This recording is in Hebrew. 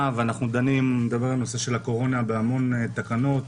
ואנחנו דנים בנושא הקורונה בהרבה תקנות.